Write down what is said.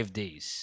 days